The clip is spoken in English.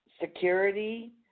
security